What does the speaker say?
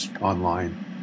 online